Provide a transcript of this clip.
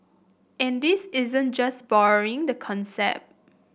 and this isn't just borrowing the concept